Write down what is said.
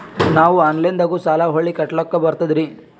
ನಾವು ಆನಲೈನದಾಗು ಸಾಲ ಹೊಳ್ಳಿ ಕಟ್ಕೋಲಕ್ಕ ಬರ್ತದ್ರಿ?